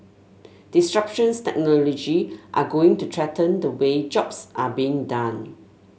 disruptions technology are going to threaten the way jobs are being done